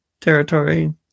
territory